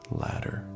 ladder